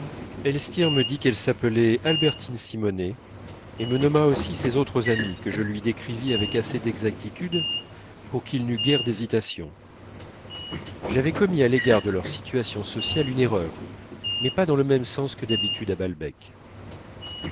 elstir me dit qu'elle s'appelait albertine simonet et me nomma aussi ses autres amies que je lui décrivis avec assez d'exactitude pour qu'il n'eût guère d'hésitation j'avais commis à l'égard de leur situation sociale une erreur mais pas dans le même sens que d'habitude à balbec